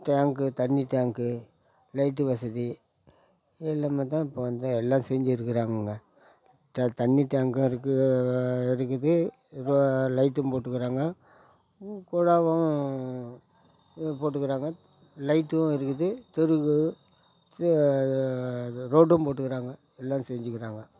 டேங்க்கு தண்ணி tank light வசதி எல்லாமே தான் இப்போ வந்து எல்லாம் செஞ்சுருக்கறாங்கங்க த தண்ணி டேங்க்கும் இருக்குது இருக்குது இப்போ லைட்டும் போட்டுக்கிறாங்க ம் குழாவும் போட்டுக்கிறாங்க லைட்டும் இருக்குது தெருவுக்கு த ரோடும் போட்டுக்கிறாங்க எல்லாம் செஞ்சுக்கிறாங்க